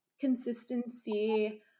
consistency